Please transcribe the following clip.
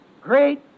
great